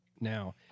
Now